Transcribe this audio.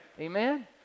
Amen